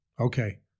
okay